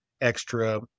extra